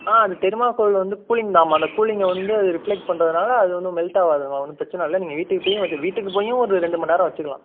ஆ அது தெர்மாகோல் வந்து கூலிங்தாம்மா அந்த கூலிங்கை வந்து அது ரிஃப்லெக்ட் பண்றதினால அது ஒன்றும் மெல்ட் ஆகாதும்மா ஒன்றும் பிரச்சனை இல்லை நீங்கள் வீட்டுக்கு போயும் அது வீட்டுக்கு போயும் ஒரு ரெண்டு மணிநேரம் வெச்சுக்கிலாம்